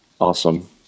awesome